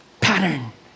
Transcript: pattern